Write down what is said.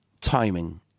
timing